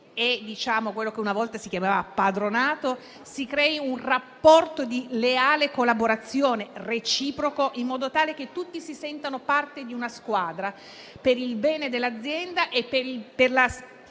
e quello che una volta si chiamava padronato si crei un rapporto di leale collaborazione reciproca, in modo tale che tutti si sentano parte di una squadra, per il bene dell'azienda e per la